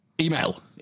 email